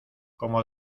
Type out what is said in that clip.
como